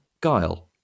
guile